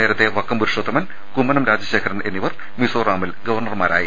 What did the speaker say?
നേരത്തെ വക്കം പുരുഷോത്തമൻ കുമ്മനം രാജ ശേഖരൻ എന്നിവർ മിസോറാമിൽ ഗവർണർമാരായിരുന്നു